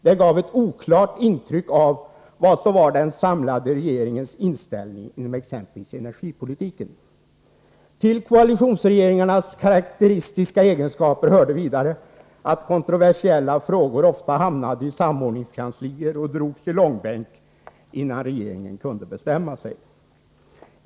Det gav ett oklart intryck av vad som var den samlade regeringens inställning inom exempelvis energipolitiken. Till koalitionsregeringarnas karakteristiska egenskaper hörde vidare att kontroversiella frågor ofta hamnade i samordningskanslier och drogs i långbänk innan regeringen kunde bestämma sig.